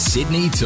Sydney